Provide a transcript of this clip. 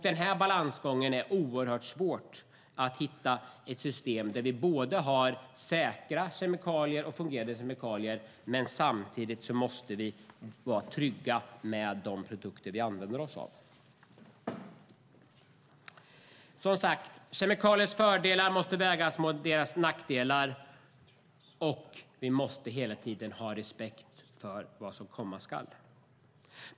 Den balansgången är oerhört svår att hitta i ett system där vi både har säkra och fungerande kemikalier samtidigt som vi måste vara trygga med de produkter vi använder oss av. Kemikaliers fördelar måste vägas mot nackdelarna, och vi måste hela tiden ha respekt för vad som komma skall.